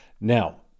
Now